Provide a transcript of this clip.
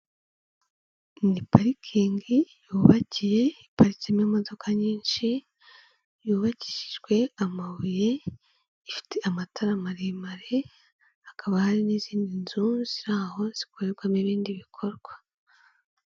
Ni parikingi yubakiye, iparitsemo imodoka nyinshi, yubakishijwe amabuye, ifite amatara maremare, hakaba hari n'izindi nzu ziri aho, zikorerwamo ibindi bikorwa.